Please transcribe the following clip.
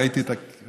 ראיתי את המחיקה,